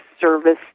service